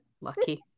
Lucky